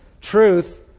Truth